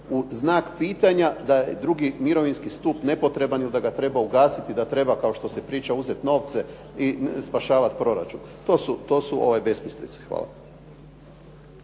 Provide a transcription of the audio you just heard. u znak pitanja da je drugi mirovinski stup nepotreban ili da ga treba ugasiti i da treba, kao što se priča uzeti novce i spašavati proračun. To su besmislice. Hvala.